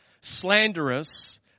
slanderous